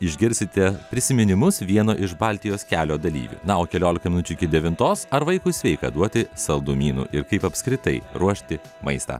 išgirsite prisiminimus vieno iš baltijos kelio dalyvių na o keliolika minučių iki devintos ar vaikui sveika duoti saldumynų ir kaip apskritai ruošti maistą